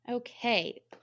Okay